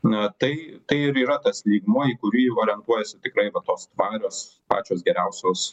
na tai tai ir yra tas lygmuo į kurį orientuojasi tikrai tos tvarios pačios geriausios